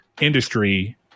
industry